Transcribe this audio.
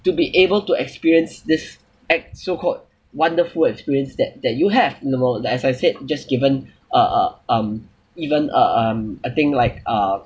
to be able to experience this ex~ so called wonderful experience that that you have in the world like as I said just given uh uh um even uh um a thing like uh